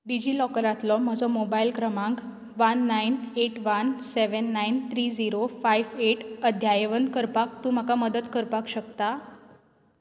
डिजी लॉकरांतलो म्हजो मोबायल क्रमांक one nine eight one seven nine three zero five eight अद्यावत करपाक तूं म्हाका मदत करपाक शकता